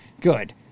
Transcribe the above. Good